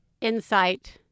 insight